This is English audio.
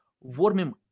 warming